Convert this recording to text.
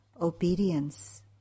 obedience